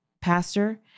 pastor